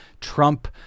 Trump